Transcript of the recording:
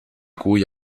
cui